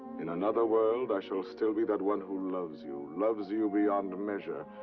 in another world, i shall still be that one who loves you, loves you beyond measure,